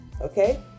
Okay